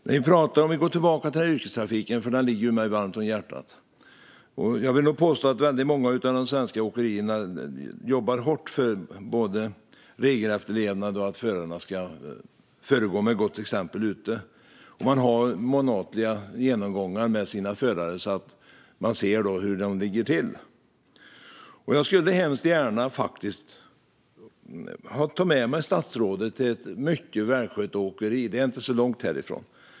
För att gå tillbaka till yrkestrafiken, för den ligger mig varmt om hjärtat, vill jag påstå att många av de svenska åkerierna jobbar hårt för både regelefterlevnad och att förarna ska föregå med gott exempel där ute. Man har månatliga genomgångar med sina förare så att man ser hur de ligger till. Jag skulle gärna vilja ta med mig statsrådet till ett mycket välskött åkeri inte så långt härifrån.